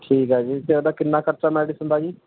ਠੀਕ ਆ ਜੀ ਅਤੇ ਉਹਦਾ ਕਿੰਨਾ ਖਰਚਾ ਮੈਡੀਸਨ ਦਾ ਜੀ